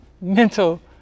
mental